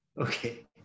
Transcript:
Okay